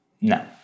No